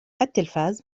التلفاز